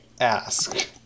ask